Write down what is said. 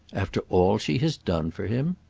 after all she has done for him?